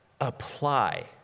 apply